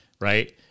right